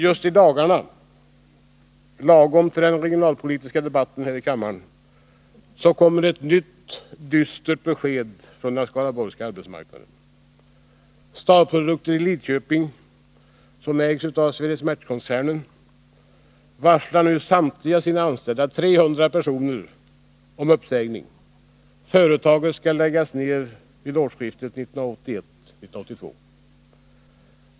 Just i dagarna, lagom till den regionalpolitiska debatten här i kammaren, kommer ett nytt dystert besked från den skaraborgska arbetsmarknaden. Starprodukter i Lidköping, som ägs av Swedish Matchkoncernen, varslar nu samtliga sina anställda, 300 personer, om uppsägning. Företaget skall läggas ned vid årsskiftet 1981-1982.